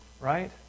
right